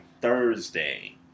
Thursday